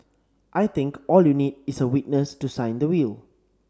I think all you need is a witness to sign the will